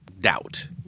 doubt